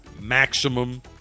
Maximum